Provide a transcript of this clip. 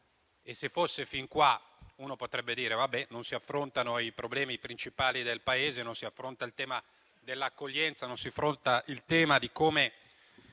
E se fosse tutto qua, si potrebbe dire che non si affrontano i problemi principali del Paese, non si affronta il tema dell'accoglienza, non si affronta il tema di come